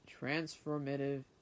transformative